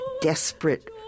desperate